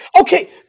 Okay